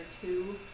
two